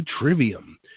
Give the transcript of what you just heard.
Trivium